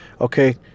okay